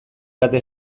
kate